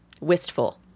wistful